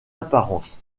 apparence